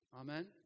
Amen